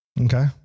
Okay